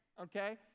okay